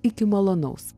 iki malonaus